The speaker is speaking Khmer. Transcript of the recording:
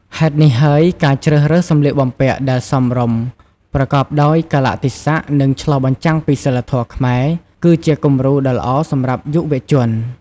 ហេតុនេះហើយ ការជ្រើសរើសសម្លៀកបំពាក់ដែលសមរម្យ ប្រកបដោយកាលៈទេសៈ និងឆ្លុះបញ្ចាំងពីសីលធម៌ខ្មែរ គឺជាគំរូដ៏ល្អសម្រាប់យុវជន។